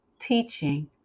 teaching